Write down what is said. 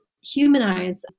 humanize